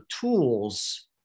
tools